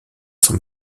son